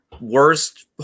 worst